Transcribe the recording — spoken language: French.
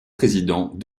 président